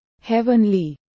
heavenly